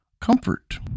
comfort